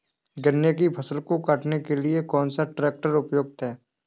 गन्ने की फसल को काटने के लिए कौन सा ट्रैक्टर उपयुक्त है?